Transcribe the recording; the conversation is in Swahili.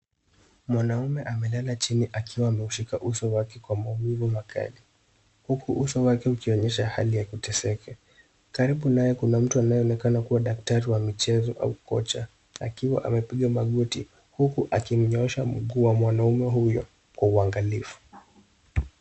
Mwanaume amelala chini akiwa ameshika uso wake kwa maumivu makali. Huku uso wake ukionyesha hali ya kuteseka. Karibu naye kuna mtu anayeonekana kuwa daktari wa mchezo au kocha akiwa amepiga magoti huku akimnyoosha mguu wa mwanaume huyo kwa uangalifu.